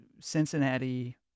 Cincinnati